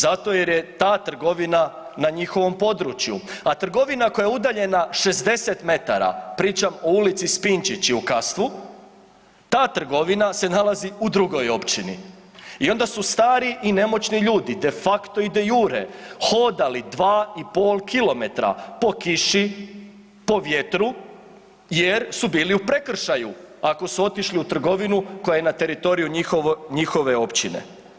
Zato jer je ta trgovina na njihovom području, a trgovina koja je udaljena 60 m, pričam o Ulici Spinčići u Kastvu, ta trgovina se nalazi u drugoj općini i onda su stari i nemoći ljudi de facto i de iure hodali 2,5 km po kiši, po vjetru jer su bili u prekršaju ako su otišli u trgovinu koja je na teritoriju njihove općine.